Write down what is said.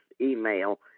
email